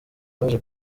baje